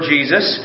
Jesus